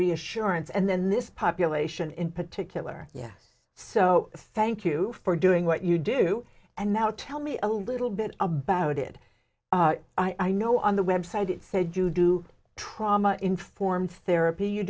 reassurance and then this population in particular yes so thank you for doing what you do and now tell me a little bit about it i know on the web site it said you do trauma informed therapy you